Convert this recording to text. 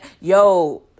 yo